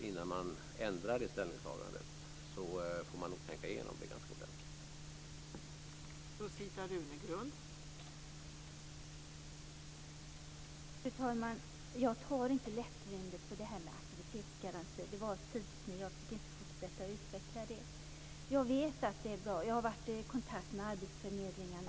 Innan man ändrar det ställningstagandet får man nog tänka igenom det ganska ordentligt.